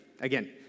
again